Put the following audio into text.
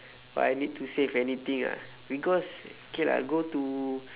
or I need to save anything ah because K lah go to